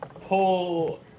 pull